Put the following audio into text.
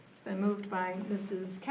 it's been moved by mrs.